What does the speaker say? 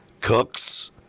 cooks